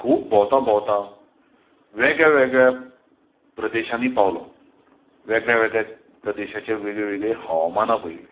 खूब भोंवतां भोंवतां हांव वेगळ्या वेगळ्या प्रदेशांनी पावलो वेगळ्या वेगळ्या प्रदेशांचीं वेगळीं वेगळीं हवामानां पळयलीं